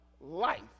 life